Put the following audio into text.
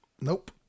Nope